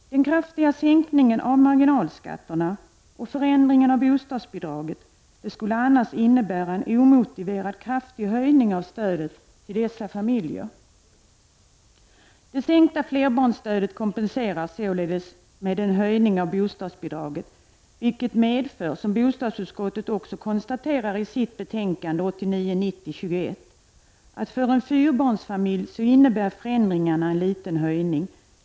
Den kraftiga sänkningen av marginalskatterna och förändringen av bostadsbidragen skulle annars innebära en omotiverat kraftig höjning av stödet till dessa familjer. Sänkningen av flerbarnsstödet kompenseras således med en höjning av bostadsbidraget, vilket medför, som bostadsutskottet också konstaterar i sitt betänkande 1989/90:BoU21, att förändringarna för en fyrabarnsfamilj innebär en liten höjning.